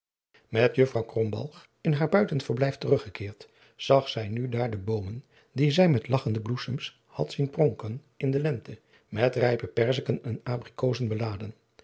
met juffrouw krombalg in haar buitenverblijf teruggekeerd zag zij nu daar de boomen die zij met lagchende bloesems had zien pronken in de lente met rijpe perziken en abrikozen beladen